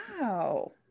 wow